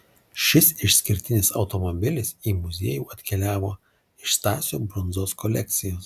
šis išskirtinis automobilis į muziejų atkeliavo iš stasio brundzos kolekcijos